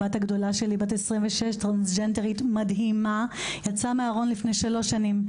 הבת הגדולה שלי בת 26 טרנסג'נדרית מדהימה יצאה מהארון לפני שלוש שנים.